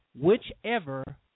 whichever